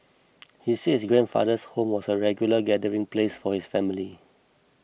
he said his grandfather's home was a regular gathering place for his family